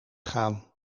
gaan